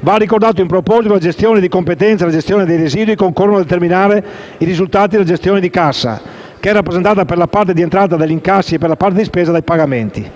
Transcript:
Va ricordato in proposito che la gestione di competenza e la gestione dei residui concorrono a determinare i risultati della gestione di cassa, che è rappresentata, per la parte di entrata, dagli incassi e, per la parte di spesa, dai pagamenti.